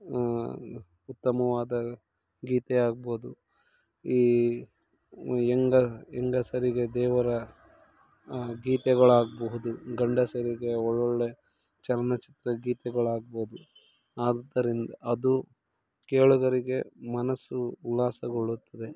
ಉತ್ತಮವಾದ ಗೀತೆಯಾಗ್ಬೋದು ಈ ಹೆಂಗ ಹೆಂಗಸರಿಗೆ ದೇವರ ಗೀತೆಗಳಾಗಬಹುದು ಗಂಡಸರಿಗೆ ಒಳ್ಳೊಳ್ಳೆ ಚಲನಚಿತ್ರ ಗೀತೆಗಳಾಗ್ಬೋದು ಆದುದರಿಂದ ಅದು ಕೇಳುಗರಿಗೆ ಮನಸ್ಸು ಉಲ್ಲಾಸಗೊಳ್ಳುತ್ತದೆ